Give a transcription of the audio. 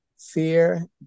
fear